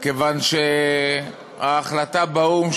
כיוון שההחלטה באו"ם,